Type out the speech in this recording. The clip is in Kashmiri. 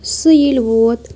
سُہ ییٚلہِ ووت